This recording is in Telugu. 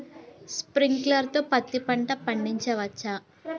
స్ప్రింక్లర్ తో పత్తి పంట పండించవచ్చా?